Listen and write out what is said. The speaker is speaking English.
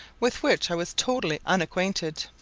with which i was totally unacquainted.